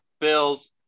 Bills